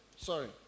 sorry